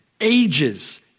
Ages